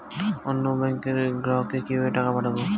অন্য ব্যাংকের গ্রাহককে কিভাবে টাকা পাঠাবো?